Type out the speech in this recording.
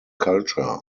culture